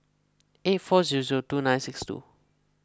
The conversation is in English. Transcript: eight four zero zero two nine six two